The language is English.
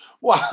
Wow